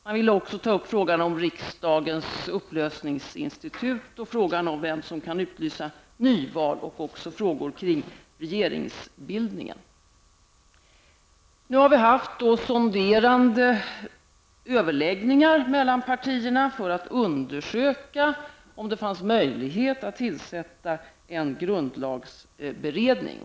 Man vill även ta upp frågan om riksdagens upplösningsinstitut, frågan om vem som kan utlysa nyval och frågor kring regeringsbildningen. Nu har vi haft sonderande överläggningar mellan partierna för att undersöka om det fanns möjlighet att tillsätta en grundlagsberedning.